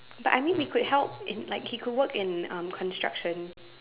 but I mean we could help in like he could work in um construction